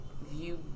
view